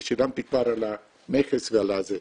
כי שילמתי כבר על המכס ועל זה,